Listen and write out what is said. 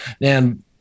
And-